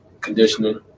conditioning